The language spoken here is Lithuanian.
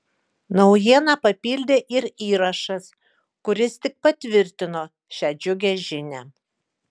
naujieną papildė ir įrašas kuris tik patvirtino šią džiugią žinią